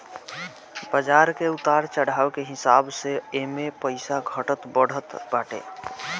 बाजार के उतार चढ़ाव के हिसाब से एमे पईसा घटत बढ़त बाटे